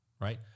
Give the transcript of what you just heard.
right